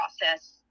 process